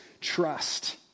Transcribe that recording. trust